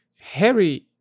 Harry